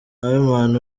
iman